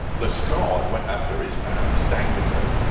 lestrade went after his man, stangerson,